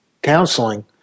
counseling